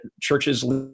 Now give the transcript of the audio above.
churches